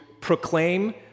proclaim